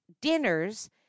dinners